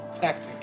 tactic